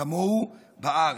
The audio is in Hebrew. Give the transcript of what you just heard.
כמוהו בארץ,